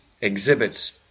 exhibits